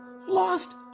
Lost